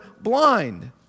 blind